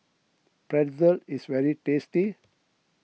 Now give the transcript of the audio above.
Pretzel is very tasty